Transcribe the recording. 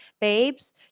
babes